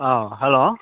ꯑꯥꯎ ꯍꯜꯂꯣ